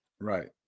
Right